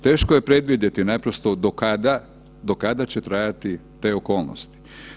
Teško je predvidjeti naprosto do kada će trajati te okolnosti.